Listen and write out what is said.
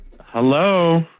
Hello